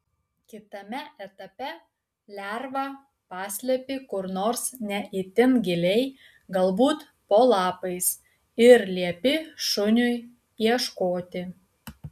kitame etape lervą paslepi kur nors ne itin giliai galbūt po lapais ir liepi šuniui ieškoti